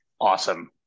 awesome